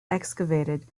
excavated